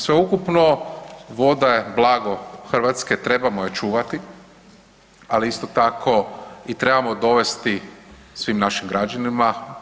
Sveukupno, voda je blago Hrvatske, trebamo je čuvati, ali isto tako i trebamo dovesti svim našim građanima.